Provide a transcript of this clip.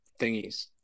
thingies